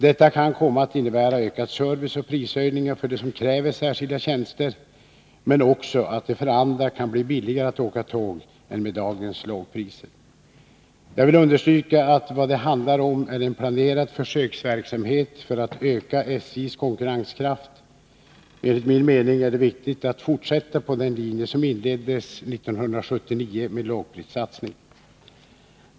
Detta kan komma att innebära ökad service och prishöjningar för dem som kräver särskilda tjänster men också att det för andra kan bli billigare att åka tåg än med dagens lågpriser. Jag vill understryka att vad det handlar om är en planerad försöksverksamhet för att öka SJ:s konkurrenskraft. Enligt min mening är det viktigt att fortsätta på den linje som inleddes 1979 med lågprissatsningen.